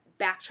backtrack